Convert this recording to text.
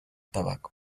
tabaco